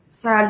sa